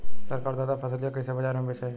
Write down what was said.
सरकार द्वारा फसलिया कईसे बाजार में बेचाई?